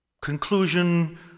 conclusion